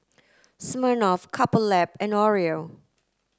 Smirnoff Couple Lab and Oreo